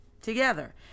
together